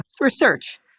Research